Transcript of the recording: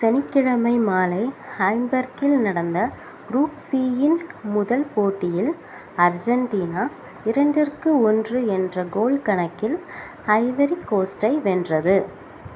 சனிக்கிழமை மாலை ஹாம்பர்க்கில் நடந்த குரூப் சியின் முதல் போட்டியில் அர்ஜென்டினா இரண்டிற்கு ஒன்று என்ற கோல் கணக்கில் ஐவரி கோஸ்டை வென்றது